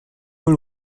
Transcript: role